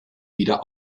wieder